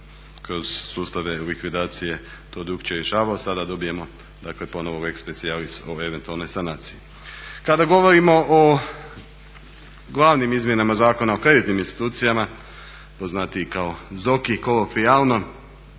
kroz sustave likvidacije to drukčije rješavao, sada dobijemo dakle ponovo lex specialis o eventualnoj sanaciji Kada govorimo o glavnim izmjenama Zakona o kreditnim institucijama, poznatiji kao ZOKI kolokvijalno,